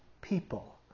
people